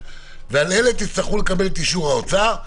ועל אלה תצטרכו לקבל את אישור האוצר.